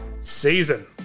season